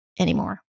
anymore